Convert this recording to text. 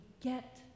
get